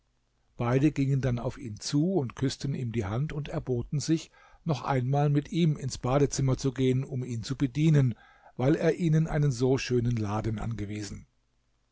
beide gingen dann auf ihn zu und küßten ihm die hand und erboten sich noch einmal mit ihm ins badezimmer zu gehen um ihn zu bedienen weil er ihnen einen so schönen laden angewiesen